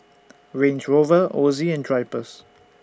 Range Rover Ozi and Drypers